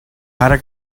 ara